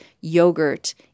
yogurt